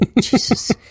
Jesus